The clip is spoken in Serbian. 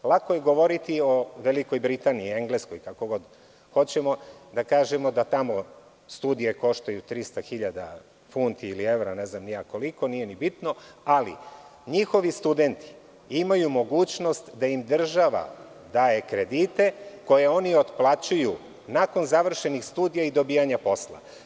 Lako je govoriti o Velikoj Britaniji, Engleskoj, kako god hoćemo, da kažemo da tamo studije koštaju 300.000 funti ili evra, nije bitno, ali njihovi studenti imaju mogućnost da im država daje kredite koje oni otplaćuju nakon završenih studija i dobijanja posla.